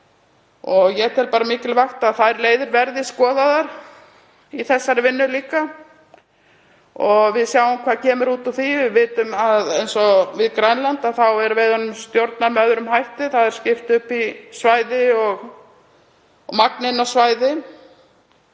Ég tel mikilvægt að þær leiðir verði líka skoðaðar í þessari vinnu og við sjáum hvað kemur út úr því. Við vitum að við Grænland er veiðunum stjórnað með öðrum hætti, þar er skipt upp í svæði og magni inn á svæðin.